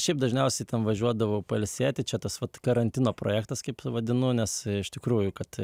šiaip dažniausiai ten važiuodavau pailsėti čia tas vat karantino projektas kaip vadinu nes iš tikrųjų kad